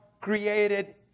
created